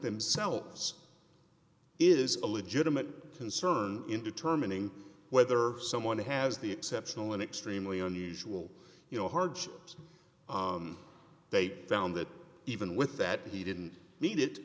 themselves is a legitimate concern in determining whether someone has the exceptional and extremely unusual you know hardships they found that even with that he didn't need it